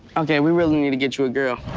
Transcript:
okay, we really need to get you a girl.